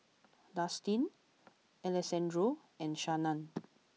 Destin Alessandro and Shannan